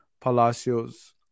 Palacios